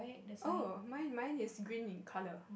oh mine mine is green in color